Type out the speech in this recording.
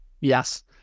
Yes